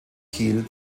kiel